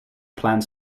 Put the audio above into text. plans